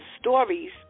stories